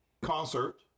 concert